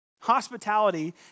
Hospitality